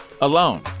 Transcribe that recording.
alone